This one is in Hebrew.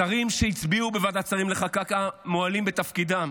השרים שהצביעו בוועדת השרים לחקיקה מועלים בתפקידם,